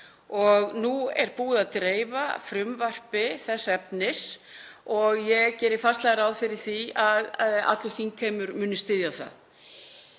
Nú er búið að dreifa frumvarpi þess efnis og ég geri fastlega ráð fyrir því að allur þingheimur muni styðja það.